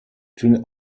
den